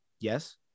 Yes